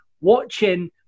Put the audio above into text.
watching